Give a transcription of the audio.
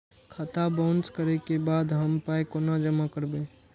खाता बाउंस करै के बाद हम पाय कोना जमा करबै?